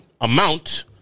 amount